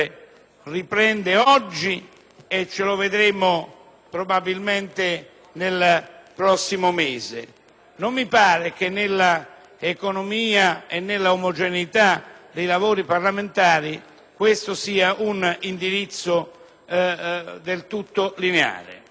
continueremo ad esaminarlo ancora nel prossimo mese. Non mi pare che nell'economia e nell'omogeneità dei lavori parlamentari questo sia un indirizzo del tutto lineare.